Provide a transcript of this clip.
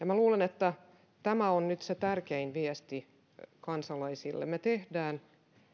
minä luulen että tämä on nyt se tärkein viesti kansalaisille me teemme